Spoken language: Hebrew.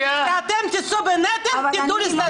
כשאתם תישאו בנטל תדעו להסתדר.